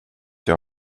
jag